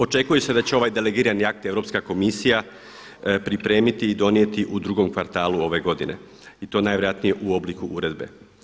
Očekuje se da će ovaj delegirani akt Europska komisija pripremiti i donijeti u drugom kvartalu ove godine i to najvjerojatnije u obliku uredbe.